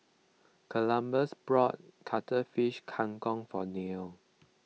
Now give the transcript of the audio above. Columbus bought Cuttlefish Kang Kong for Neil